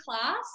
class